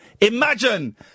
Imagine